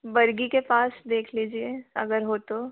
बरगी के पास देख लीजिए अगर हो तो